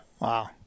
Wow